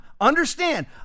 Understand